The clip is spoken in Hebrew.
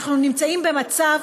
תודה.